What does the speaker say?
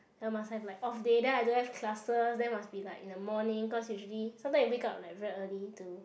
and I must have like off day then I don't have classes then must be like in the morning cause usually sometimes you wake up like very early to